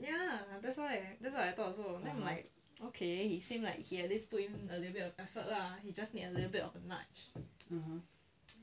ya that's why that's what I thought also then like okay he seem like he at least put in a little bit of effort lah he just need a little bit of natch